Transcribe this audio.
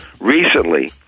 Recently